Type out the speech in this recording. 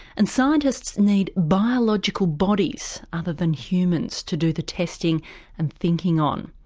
and scientists need biological bodies other than humans to do the testing and thinking on.